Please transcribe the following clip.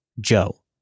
Joe